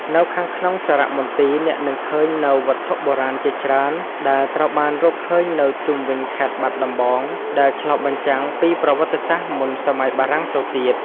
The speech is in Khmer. នៅខាងក្នុងសារមន្ទីរ អ្នកនឹងឃើញនូវវត្ថុបុរាណជាច្រើនដែលត្រូវបានរកឃើញនៅជុំវិញខេត្តបាត់ដំបង ដែលឆ្លុះបញ្ចាំងពីប្រវត្តិសាស្ត្រមុនសម័យបារាំងទៅទៀត។